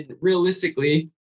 realistically